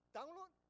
Download